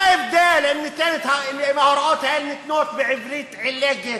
מה ההבדל אם ההוראות האלה ניתנות בעברית עילגת,